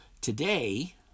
Today